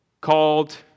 called